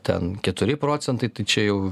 ten keturi procentai čia jau